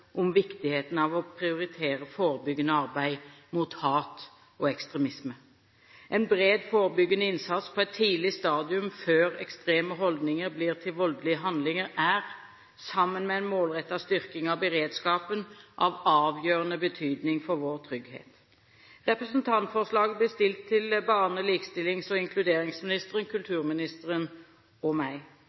om viktigheten av å prioritere forebyggende arbeid mot hat og ekstremisme. En bred, forebyggende innsats på et tidlig stadium, før ekstreme holdninger blir til voldelige handlinger, er, sammen med en målrettet styrking av beredskapen, av avgjørende betydning for vår trygghet. Representantforslaget ble stilt til barne-, likestillings- og inkluderingsministeren, kulturministeren og meg.